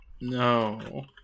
No